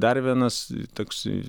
dar vienas toks